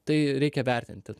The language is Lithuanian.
tai reikia vertinti